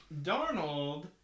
Darnold